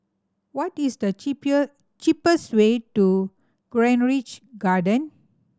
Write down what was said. what is the cheapest way to Garden